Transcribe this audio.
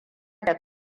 da